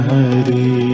Hari